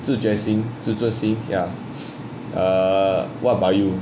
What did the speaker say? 知觉心自尊心 ya err what about you